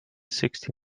sixty